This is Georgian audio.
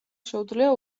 შეუძლია